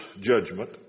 judgment